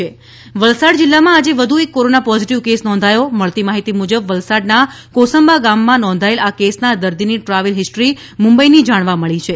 Valsad Navsari corona Valsad જિલ્લામાં આજે વધુ એક કોરોના પોઝીટીવ કેસ નોંધાયો છે મળતી માહિતી મુજબ વલસાડના કોસંબા ગામમાં નોંધાયેલ આ કેસના દર્દીની ટ્રાવેલ હિસ્ટ્રી મુંબઇની જાણવા મળી છે